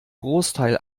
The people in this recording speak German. großteil